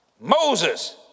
Moses